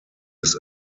des